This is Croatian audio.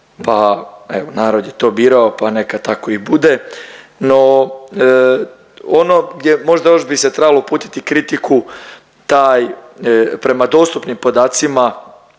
evo narod je to birao pa neka tako i bude. No ono gdje možda još bi se trebalo uputit kritiku taj prema dostupnim podacima